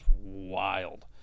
wild